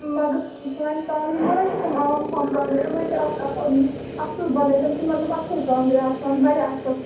مگر سانہِ کانٛگرِ مہٕ حظ چھِ تِم عام کانٛگرِ یِم حظ چھِ آسان اَصٕل بَنٲیِتھ یِم چھِ مطلب اَصٕل کانٛگرِ آسان واریاہ اَصٕل